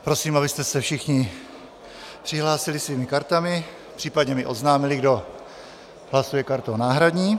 Prosím, abyste se všichni přihlásili svými kartami a případně mi oznámili, kdo hlasuje kartou náhradní.